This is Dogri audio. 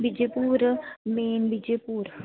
मुंजी पूरा पूरा